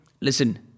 listen